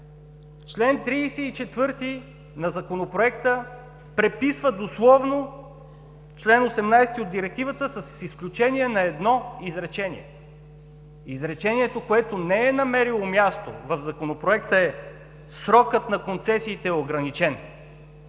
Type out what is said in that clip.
Член 34 на Законопроекта преписва дословно чл. 18 от Директивата, с изключение на едно изречение. Изречението, което не е намерило място в Законопроекта, е: „Срокът на концесиите е ограничен.“